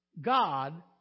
God